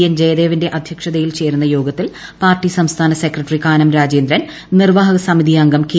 N ജയദേവന്റെ അദ്ധ്യക്ഷതയിൽ ചേരുന്ന ്യോഗത്തിൽ പാർട്ടി സംസ്ഥാന സെക്രട്ടറി കാനം രാജേന്ദ്രൻ നിർവ്വാഹക സമിതി അംഗം കെ